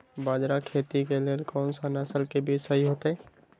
बाजरा खेती के लेल कोन सा नसल के बीज सही होतइ?